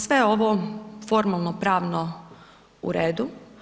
Sve je ovo formalno, pravno u redu.